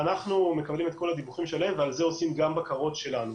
ואנחנו מקבלים את כל הדיווחים שלהם ועל זה עושים גם בקרות שלנו.